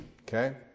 Okay